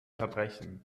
verbrechen